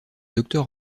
docteur